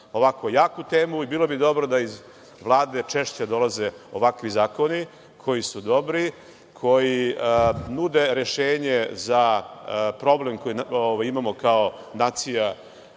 ovako jaku temu i bilo bi dobro da iz Vlade češće dolaze ovakvi zakoni koji su dobri, koji nude rešenje za problem koji imamo kao nacija